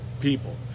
people